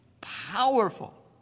Powerful